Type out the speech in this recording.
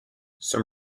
some